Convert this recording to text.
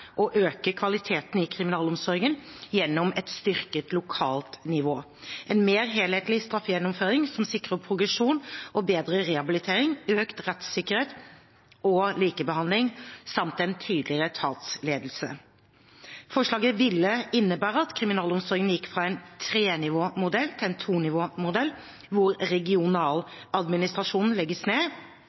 øke kvaliteten i kriminalomsorgen gjennom et styrket lokalt nivå, en mer helhetlig straffegjennomføring som sikrer progresjon og bedre rehabilitering, økt rettssikkerhet og likebehandling samt en tydeligere etatsledelse. Forslaget ville innebære at kriminalomsorgen gikk fra en trenivåmodell til en tonivåmodell hvor regionadministrasjonene legges ned